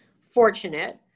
fortunate